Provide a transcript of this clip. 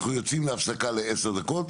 אנחנו יוצאים להפסקה לעשר דקות.